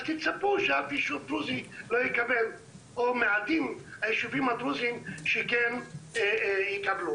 תצפו שאף יישוב דרוזי לא יקבל או שמעטים היישובים הדרוזים שכן יקבלו.